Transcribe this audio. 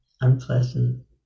Unpleasant